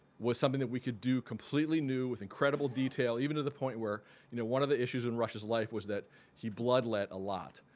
was something that we could do completely new with incredible detail even to the point where you know one of the issues in rush's life was that he bloodlet a lot